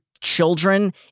children